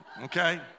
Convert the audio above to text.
Okay